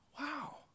Wow